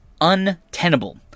untenable